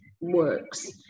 works